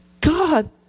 God